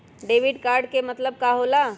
Debit card के का मतलब होकेला?